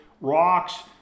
rocks